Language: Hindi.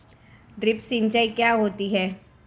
ड्रिप सिंचाई क्या होती हैं?